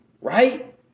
right